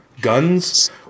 Guns